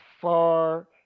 far